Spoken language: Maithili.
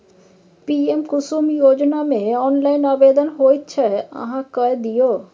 पीएम कुसुम योजनामे ऑनलाइन आवेदन होइत छै अहाँ कए दियौ